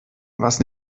was